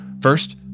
First